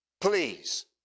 please